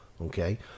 Okay